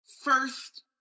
first